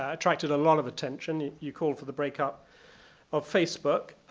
attracted a lot of attention. you called for the breakup of facebook.